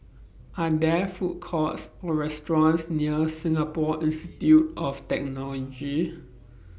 Are There Food Courts Or restaurants near Singapore Institute of Technology